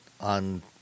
on